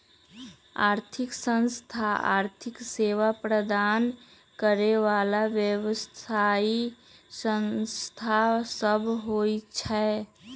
आर्थिक संस्थान आर्थिक सेवा प्रदान करे बला व्यवसायि संस्था सब होइ छै